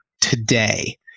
today